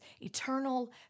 eternal